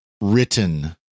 written